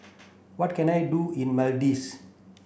what can I do in Maldives